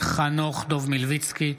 חנוך דב מלביצקי,